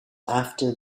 after